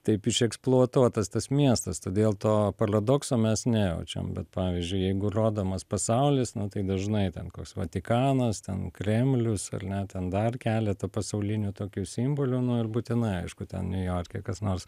taip išeksploatuotas tas miestas todėl to paladokso mes nejaučiam bet pavyzdžiui jeigu rodomas pasaulis tai dažnai ten koks vatikanas ten kremlius ar ne ten dar keletą pasaulinių tokių simbolių nu ir būtinai aišku ten niujorke kas nors